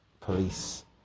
Police